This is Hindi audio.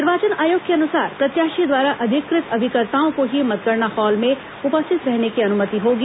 निर्वाचन आयोग के अनुसार प्रत्याशी द्वारा अधिकृत अभिकर्ताओं को ही मतगणना हॉल में उपस्थित रहने की अनुमति होगी